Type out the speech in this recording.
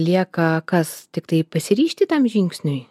lieka kas tiktai pasiryžti tam žingsniui